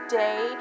day